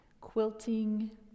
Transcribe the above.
quilting